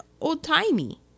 old-timey